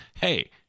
Hey